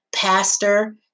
pastor